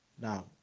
Now